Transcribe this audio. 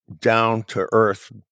down-to-earth